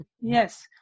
yes